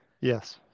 Yes